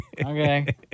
Okay